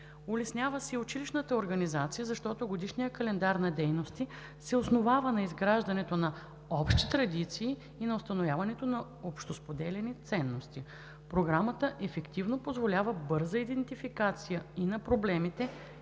Улеснява се и училищната организация, защото годишният календар на дейности се основава на изграждането на общи традиции и на установяването на общосподеляни ценности. Програмата ефективно позволява бърза идентификация и на проблемите,